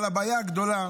אבל הבעיה הגדולה,